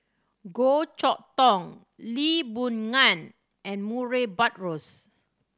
Goh Chok Tong Lee Boon Ngan and Murray Buttrose